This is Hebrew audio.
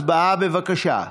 הצבעה, בבקשה.